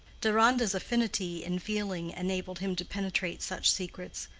deronda's affinity in feeling enabled him to penetrate such secrets.